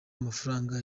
amafaranga